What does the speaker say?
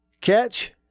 Catch